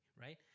right